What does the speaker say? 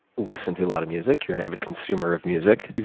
listen to a lot of music. you're an avid consumer of music.